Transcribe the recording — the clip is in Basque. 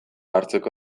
hartzeko